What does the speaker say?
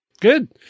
Good